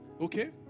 okay